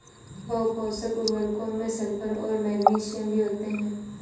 बहुपोषक उर्वरकों में सल्फर और मैग्नीशियम भी होते हैं